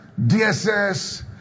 DSS